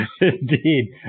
Indeed